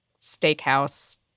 steakhouse